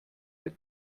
der